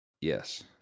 Yes